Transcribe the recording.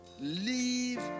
Leave